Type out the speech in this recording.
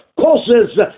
causes